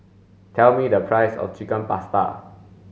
tell me the price of Chicken Pasta